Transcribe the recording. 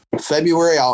February